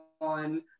on